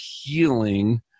healing